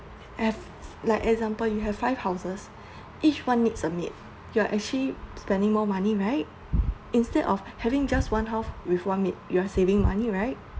you have like example you have five houses each one needs a maid you're actually spending more money right instead of having just one house with one maid you are saving money right